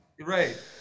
Right